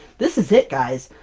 this is it guys!